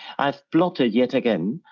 i've plotted yet again,